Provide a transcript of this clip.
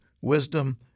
wisdom